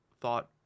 thought